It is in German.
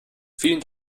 vielen